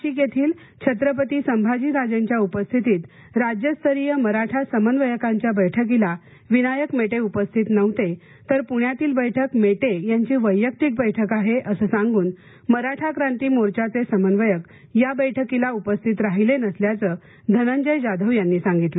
नाशिक येथील छत्रपती संभाजीराजेंच्या उपस्थितीत राज्यस्तरीय मराठा समन्वयकांच्या बैठकीला विनायक मेटे उपस्थित नव्हते तर पुण्यातील बैठक मेटे यांची वैयक्तिक बैठक आहे असे सांगून मराठा क्रांती मोर्चाचे समन्वयक या बैठकीला उपस्थित राहिले नसल्याचं धनंजय जाधव यांनी सांगितल